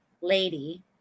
lady